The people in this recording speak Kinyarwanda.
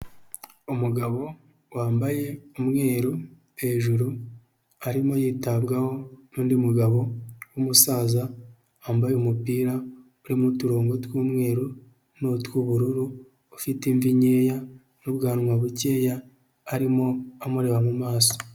Umugabo wambaye umweru hejuru, arimo yitabwaho n'undi mugabo w'umusaza wambaye umupira urimo uturongo tw'umweru, n'utw'ubururu, ufite imvi nkeya n'ubwanwa bukeya, arimo amureba mu maso.